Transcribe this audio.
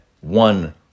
one